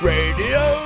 Radio